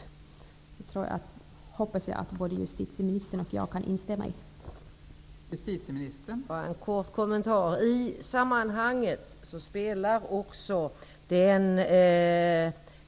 Jag hoppas att justitieministern liksom jag kan instämma i den uppfattningen.